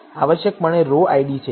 names આવશ્યકપણે રોના ID છે